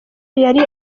yari